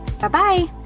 Bye-bye